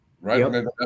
right